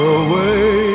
away